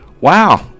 Wow